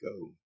go